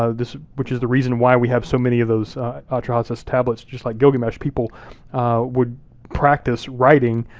ah this, which is the reason why we have so many of those atrahasis tablets, just like gilgamesh. people would practice writing,